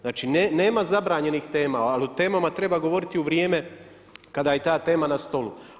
Znači nema zabranjenih tema ali o temama treba govoriti u vrijeme kada je ta tema na stolu.